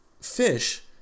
fish